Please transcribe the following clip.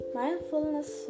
mindfulness